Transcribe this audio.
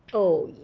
oh, yeah